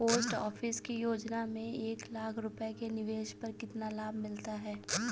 Post office की योजना में एक लाख रूपए के निवेश पर कितना लाभ मिलता है?